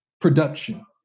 production